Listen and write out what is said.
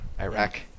iraq